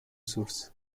source